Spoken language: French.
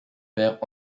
père